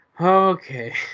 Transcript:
Okay